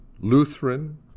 Lutheran